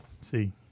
see